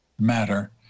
matter